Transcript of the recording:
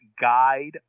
guide